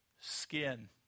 skin